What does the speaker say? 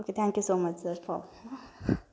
okay thank you so much sir ಫಾ